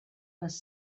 les